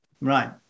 right